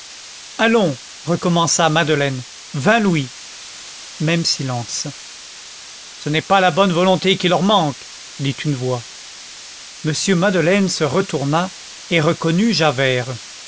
allons recommença madeleine vingt louis même silence ce n'est pas la bonne volonté qui leur manque dit une voix m madeleine se retourna et reconnut